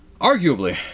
Arguably